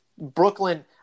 Brooklyn